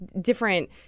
different